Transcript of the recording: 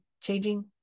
changing